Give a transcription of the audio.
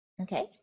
Okay